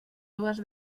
dues